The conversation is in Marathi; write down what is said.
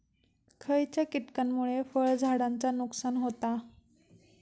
खयच्या किटकांमुळे फळझाडांचा नुकसान होता?